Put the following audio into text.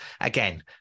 again